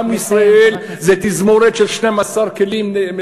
עם ישראל זה תזמורת של 12 כלים,